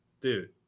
Dude